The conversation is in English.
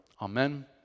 Amen